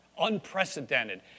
unprecedented